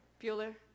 Bueller